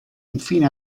infine